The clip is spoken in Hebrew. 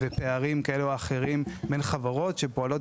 ופערים כאלה או אחרים בין חברות שפועלות